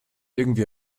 irgendwie